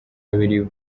babiri